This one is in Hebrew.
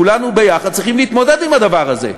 כולנו ביחד צריכים להתמודד עם הדבר הזה.